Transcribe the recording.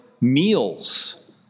meals